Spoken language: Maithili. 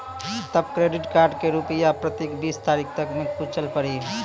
तब क्रेडिट कार्ड के रूपिया प्रतीक बीस तारीख तक मे चुकल पड़ी?